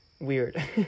weird